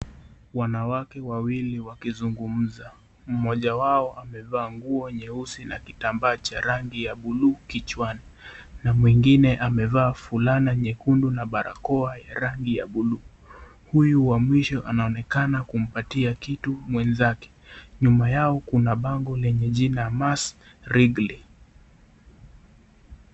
Wanawake wawili wakizungumza. Mmoja wao amevaa nguo nyeusi na kitambaa cha rangi ya buluu kichwani na mwingine amevaa fulana nyekundu na barakoa ya rangi ya bluu. Huyu wa mwisho anaonekana kumpatia kitu mwenzake. Nyuma yao kuna bango lenye jina Mars Wrigley.